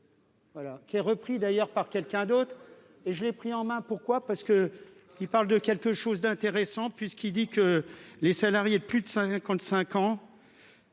qui est repris d'ailleurs par quelqu'un d'autre et je l'ai pris en main, pourquoi parce que. Qui parle de quelque chose d'intéressant puisqu'il dit que les salariés de plus de 55 ans.